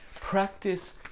Practice